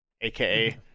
aka